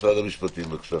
משרד המשפטים, בבקשה.